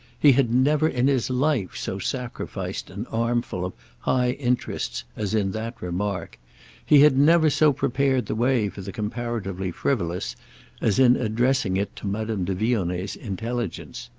he had never in his life so sacrificed an armful of high interests as in that remark he had never so prepared the way for the comparatively frivolous as in addressing it to madame de vionnet's intelligence.